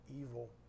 evil